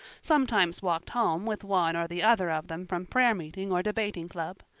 sometimes walked home with one or the other of them from prayer meeting or debating club.